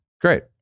great